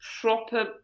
proper